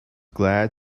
glad